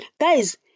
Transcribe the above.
Guys